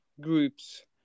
groups